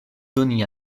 doni